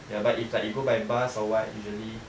ya but if like you go by bus or what usually